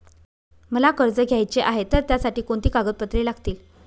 मला कर्ज घ्यायचे आहे तर त्यासाठी कोणती कागदपत्रे लागतील?